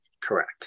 Correct